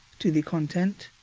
to the content.